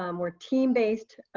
um we're team-based,